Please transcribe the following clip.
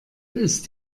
ist